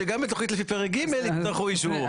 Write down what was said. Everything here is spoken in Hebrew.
שגם בתוכנית לפי פרק ג' יצטרכו אישור.